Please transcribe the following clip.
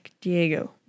Diego